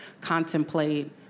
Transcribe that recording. contemplate